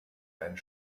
einen